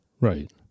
Right